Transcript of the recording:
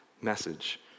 message